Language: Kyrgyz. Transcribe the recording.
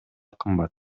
кымбат